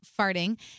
farting